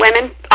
women